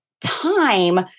time